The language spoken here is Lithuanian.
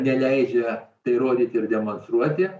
neleidžia tai rodyti ir demonstruoti